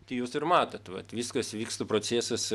tai jūs ir matot vat viskas vyksta procesas